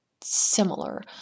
similar